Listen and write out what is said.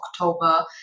October